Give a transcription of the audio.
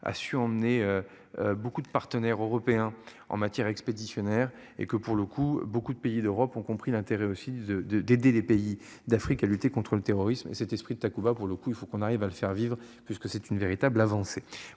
a su emmener. Beaucoup de partenaires européens en matière expéditionnaire et que pour le coup, beaucoup de pays d'Europe ont compris l'intérêt aussi de de d'aider les pays d'Afrique à lutter contre le terrorisme cet esprit de Takuba, pour le coup, il faut qu'on arrive à le faire vivre, parce que c'est une véritable avancée.